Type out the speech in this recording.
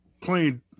Playing